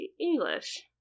English